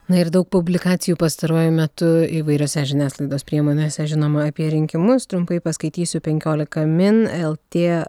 na ir daug publikacijų pastaruoju metu įvairiose žiniasklaidos priemonėse žinoma apie rinkimus trumpai paskaitysiu penkiolika min lt